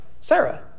Sarah